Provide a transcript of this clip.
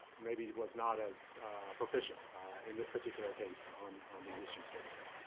maybe, was not as proficient in this particular case, on these issues, so to speak.